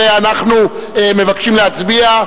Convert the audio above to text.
שעליה אנחנו מבקשים להצביע,